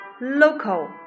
local